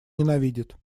ненавидит